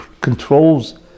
controls